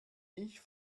ich